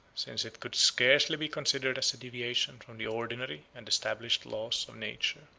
since it could scarcely be considered as a deviation from the ordinary and established laws of nature.